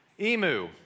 emu